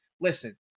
Listen